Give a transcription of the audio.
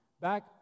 Back